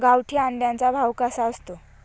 गावठी अंड्याचा भाव कसा असतो?